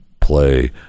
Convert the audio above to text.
play